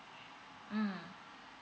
mm